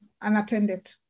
unattended